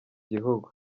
gihugu